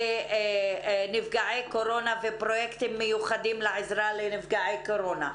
בנפגעי קורונה ופרויקטים מיוחדים לעזרה לחולי קורונה.